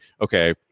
okay